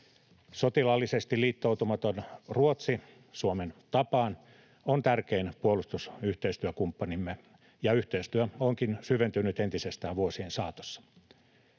sotilaallisesti liittoutumaton Ruotsi on tärkein puolustusyhteistyökumppanimme, ja yhteistyö onkin syventynyt entisestään vuosien saatossa.